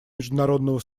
международного